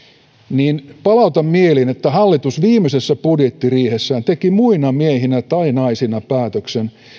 niin palautan mieliin että hallitus viimeisessä budjettiriihessään teki muina miehinä tai naisina päätöksen